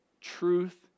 Truth